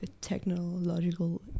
technological